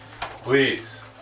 Please